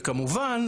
וכמובן,